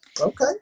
Okay